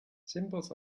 symbols